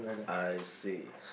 I see